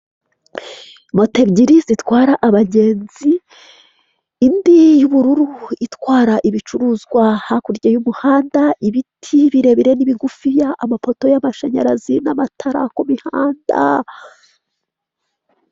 Moto ebyiri zitwara abagenzi, indi y'ubururu itwara ibicuruzwa, hakurya y'umuhanda hari ibiti birebire n'ibigufiya, amapoto y'amashanyarazi n'amatara ku mihanda.